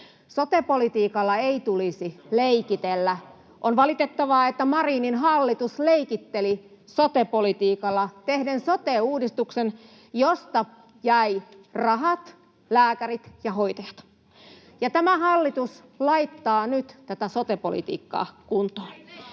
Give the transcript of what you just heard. Sote-politiikalla ei tulisi leikitellä. [Petri Honkosen välihuuto] On valitettavaa, että Marinin hallitus leikitteli sote-politiikalla tehden sote-uudistuksen, josta jäivät rahat, lääkärit ja hoitajat. [Miapetra Kumpula-Natrin välihuuto] Tämä hallitus laittaa nyt tätä sote-politiikkaa kuntoon.